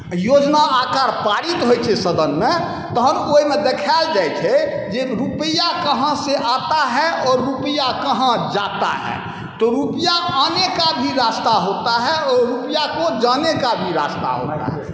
योजना आकार पारित होइ छै सदनमे तहन ओहिमे देखायल जाइ छै जे रुपैआ कहाँ से आता है आओर रुपैआ कहाँ जाता है तऽ रुपैआ आने का भी रास्ता होता है और रुपैआ को जाने का भी रास्ता होता है